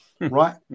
Right